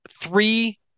three